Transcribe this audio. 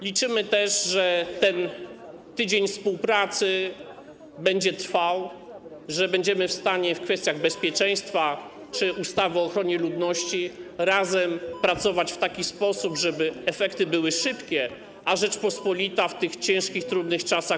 Liczymy też, że ten tydzień współpracy będzie trwał, że będziemy w stanie w kwestiach bezpieczeństwa czy ustawy o ochronie ludności razem pracować w taki sposób, żeby efekty były szybkie, a Rzeczpospolita - bardziej bezpieczna w tych ciężkich, trudnych czasach.